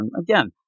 again